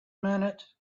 minute